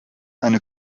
eine